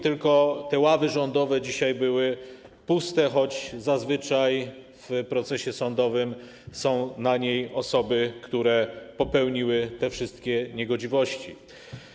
Tylko ławy rządowe dzisiaj były puste, choć zazwyczaj na procesie sądowym są osoby, które popełniły te wszystkie niegodziwości.